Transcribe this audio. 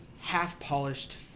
half-polished